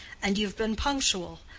and you've been punctual.